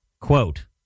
Quote